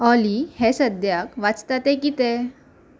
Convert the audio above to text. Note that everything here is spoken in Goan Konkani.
ऑली हे सद्याक वाचता ते कितें